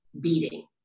beating